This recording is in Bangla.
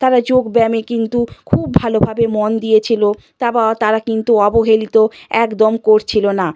তারা যোগব্যায়ামে কিন্তু খুব ভালোভাবে মন দিয়েছিল তা বা তারা কিন্তু অবহেলিত একদম করছিল না